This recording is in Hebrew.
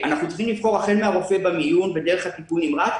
החל מן הרופא במיון ודרך הטיפול הנמרץ,